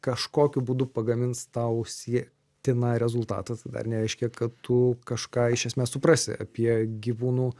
kažkokiu būdu pagamins tau siektiną rezultatą tai dar nereiškia kad tu kažką iš esmės suprasi apie gyvūnų